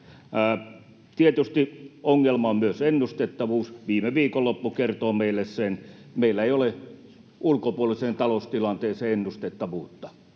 Tietysti ongelma on myös ennustettavuus. Viime viikonloppu kertoo meille sen, että meillä ei ole ulkopuoliseen taloustilanteeseen ennustettavuutta,